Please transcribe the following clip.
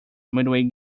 midway